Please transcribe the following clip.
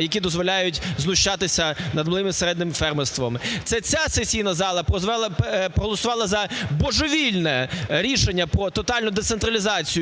які дозволяють знущатися над малим і середнім фермерством. Це ця сесійна зала проголосувала за божевільне рішення про тотальну децентралізацію